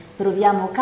proviamo